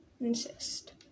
insist